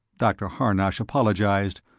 dr. harnosh apologized,